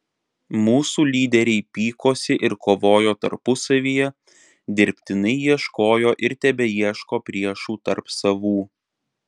mūsų lyderiai pykosi ir kovojo tarpusavyje dirbtinai ieškojo ir tebeieško priešų tarp savų